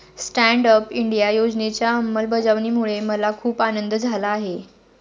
stand up India योजनेच्या अंमलबजावणीमुळे मला खूप आनंद झाला आहे